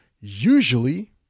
usually